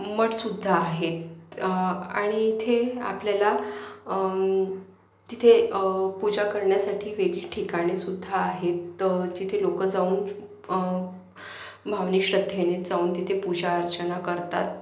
मठसुद्धा आहेत आणि इथे आपल्याला तिथे पूजा करण्यासाठी वेगळी ठिकाणेसुद्धा आहेत जिथे लोक जाऊन भावनिक श्रद्धेने जाऊन तिथे पूजा अर्चना करतात